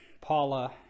Paula